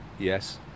Yes